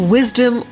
Wisdom